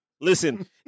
Listen